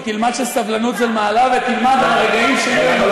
היא תלמד שסבלנות זו מעלה ותלמד על הרגעים שהיו לי עם החיילים.